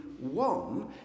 one